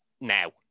now